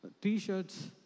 T-shirts